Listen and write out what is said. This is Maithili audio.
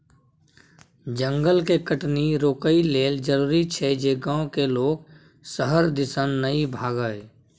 जंगल के कटनी रोकइ लेल जरूरी छै जे गांव के लोक शहर दिसन नइ भागइ